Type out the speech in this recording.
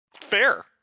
Fair